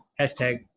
Hashtag